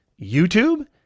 YouTube